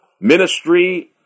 Ministry